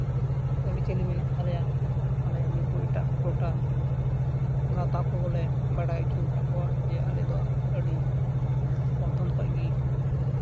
ᱟᱹᱨᱤᱪᱟᱹᱞᱤ ᱢᱮᱱᱟᱜ ᱛᱟᱞᱮᱭᱟ ᱟᱞᱮ ᱱᱩᱠᱩ ᱮᱴᱟᱜ ᱠᱚ ᱴᱚᱴᱷᱟ ᱜᱟᱶᱛᱟ ᱠᱚᱦᱚᱸᱞᱮ ᱵᱟᱲᱟᱭ ᱦᱚᱪᱚ ᱟᱠᱟᱫ ᱠᱚᱣᱟ ᱡᱮ ᱟᱞᱮᱫᱚ ᱟᱹᱰᱤ ᱯᱨᱚᱛᱷᱚᱢ ᱠᱷᱚᱡ ᱜᱮ